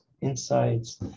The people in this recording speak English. insights